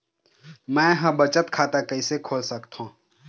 मै ह बचत खाता कइसे खोल सकथों?